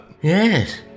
Yes